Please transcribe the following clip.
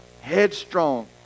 headstrong